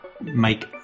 make